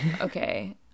Okay